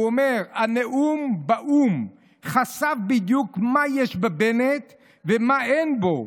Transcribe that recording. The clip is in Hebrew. והוא אומר: "הנאום באו"ם חשף בדיוק מה יש בבנט ומה אין בו,